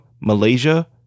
Malaysia